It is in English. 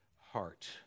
heart